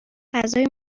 غذای